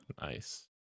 Nice